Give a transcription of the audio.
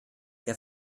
der